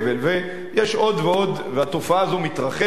ויש עוד ועוד, והתופעה הזאת מתרחבת,